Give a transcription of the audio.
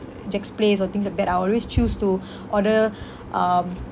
Jack's Place or things like that I always choose to order um